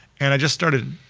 and i just started